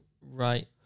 Right